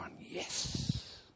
yes